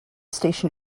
station